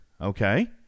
Okay